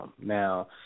Now